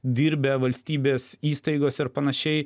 dirbę valstybės įstaigose ar panašiai